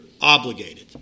obligated